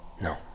No